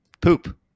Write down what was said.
Poop